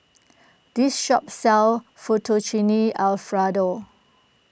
this shop sells Fettuccine Alfredo